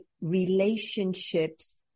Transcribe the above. relationships